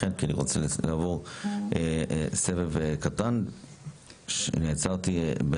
למשל כללית, כיום בשב"ן יש יותר מ-1,000